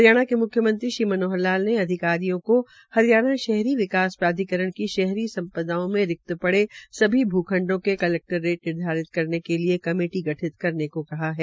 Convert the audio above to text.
हरियाणा के मुख्यमंत्री श्री मनोहर लाल ने अधिकारियों को हरियाणा शहरी विकास प्राधिकरण की शहरी संपदाओ में रिक्त पड़े सभी भ्खंडो के कलेक्टर रेट निर्धारित करने के लिये कमेटी का गठन करने को कहा है